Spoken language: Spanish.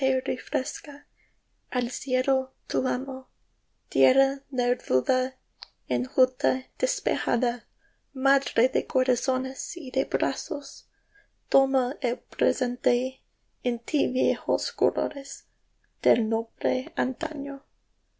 al cielo tu amo tierra nervuda enjuta despejada madre de corazones y de brazos toma el presente en tí viejos colores del noble antaño